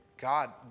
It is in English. God